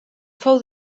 fou